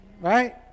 Right